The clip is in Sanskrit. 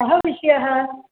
कः विषयः